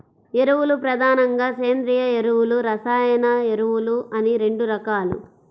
ఎరువులు ప్రధానంగా సేంద్రీయ ఎరువులు, రసాయన ఎరువులు అని రెండు రకాలు